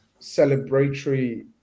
celebratory